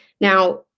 Now